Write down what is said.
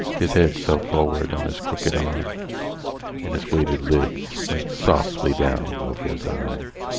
his head fell forward on his crooked arm and his weighted lids went softly down over his eyes.